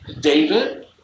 David